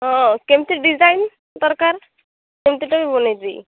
ହଁ କେମିତି ଡିଜାଇନ୍ ଦରକାର କେମିତି ବି ବନେଇବି